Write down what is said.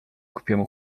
głupiemu